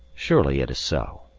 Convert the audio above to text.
surely it is so.